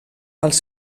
als